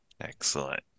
excellent